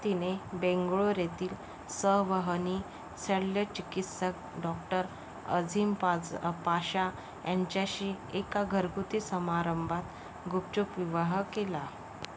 तिने बेंगळुर येथील संवहनी शल्यचिकित्सक डॉक्टर अझीम पाज् पाशा यांच्याशी एका घरगुती समारंभात गुपचूप विवाह केला